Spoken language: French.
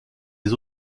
les